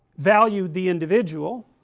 valued the individual